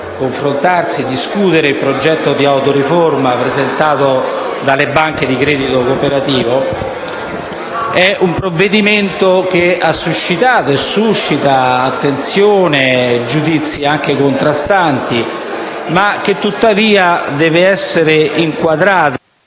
confrontarsi e discutere il progetto di autoriforma presentato dalla banche di credito cooperativo), ha suscitato e suscita attenzione e giudizi anche contrastanti, ma tuttavia deve essere inquadrato...